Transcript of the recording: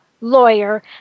lawyer